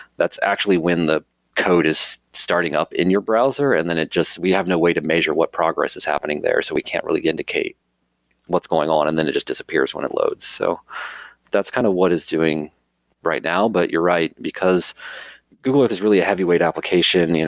that's actually when the code is starting up in your browser and then it just we have no way to measure what progress is happening there, so we can't really indicate what's going on and then it just disappears when it loads. so that's kind of what is doing right now but you're right, because google earth is really a heavyweight application. and you know